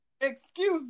Excuse